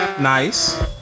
nice